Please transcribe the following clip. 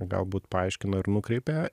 galbūt paaiškino ir nukreipė